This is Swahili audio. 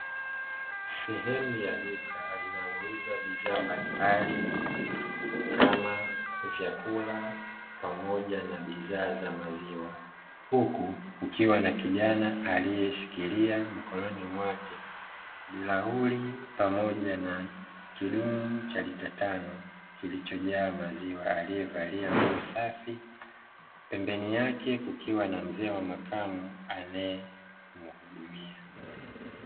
Sehemu ya duka linalouza bidhaa mbalimbali kama vyakula pamoja na bidhaa za maziwa. Huku kukiwa na kijana aliyeshikilia mkononi mwake bilauri pamoja na kidumu cha lita tano kilichojaa maziwa, aliyevalia nguo safi. Pembeni yake kukiwa na mzee wa makamo anayemhudumia.